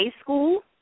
school